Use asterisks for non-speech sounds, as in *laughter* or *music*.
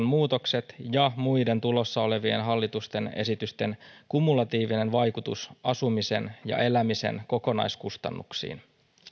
*unintelligible* muutokset ja muiden tulossa olevien hallituksen esitysten kumulatiivinen vaikutus asumisen ja elämisen kokonaiskustannuksiin